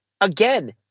again